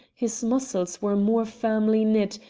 his muscles were more firmly knit,